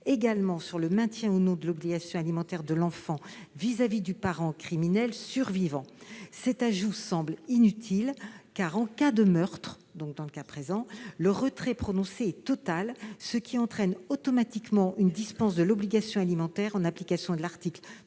également sur le maintien ou non de l'obligation alimentaire de l'enfant vis-à-vis du parent criminel survivant. Cet ajout semble inutile, car, en cas de meurtre, le retrait prononcé est total, ce qui entraîne automatiquement une dispense de l'obligation alimentaire en application de l'article